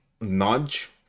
nudge